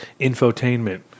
infotainment